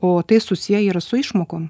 o tai susiję yra su išmokom